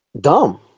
dumb